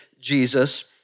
Jesus